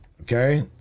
okay